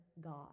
God